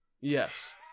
Yes